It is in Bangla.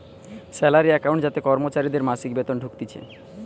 স্যালারি একাউন্ট যাতে কর্মচারীদের মাসিক বেতন ঢুকতিছে